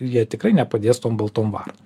jie tikrai nepadės tom baltom varnom